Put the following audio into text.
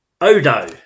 Odo